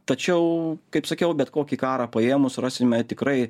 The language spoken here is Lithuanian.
tačiau kaip sakiau bet kokį karą paėmus rasime tikrai